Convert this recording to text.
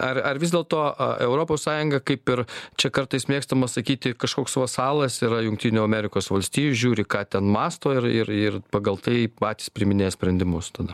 ar ar vis dėlto a europos sąjunga kaip ir čia kartais mėgstama sakyti kažkoks vasalas yra jungtinių amerikos valstijų žiūri ką ten mąsto ir ir ir pagal tai patys priiminėja sprendimus tada